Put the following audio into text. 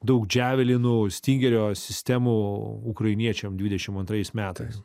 daug džiavilynų stingerio sistemų ukrainiečiam dvidešimt antrais metais